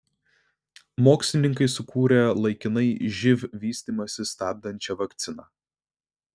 mokslininkai sukūrė laikinai živ vystymąsi stabdančią vakciną